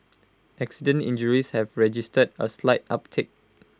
accident injuries have registered A slight uptick